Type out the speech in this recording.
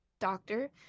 doctor